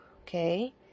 okay